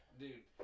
dude